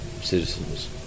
citizens